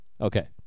Okay